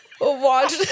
Watch